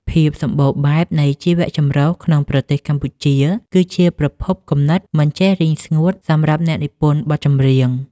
ភាពសម្បូរបែបនៃជីវចម្រុះក្នុងប្រទេសកម្ពុជា គឺជាប្រភពគំនិតមិនចេះរីងស្ងួតសម្រាប់អ្នកនិពន្ធបទចម្រៀង។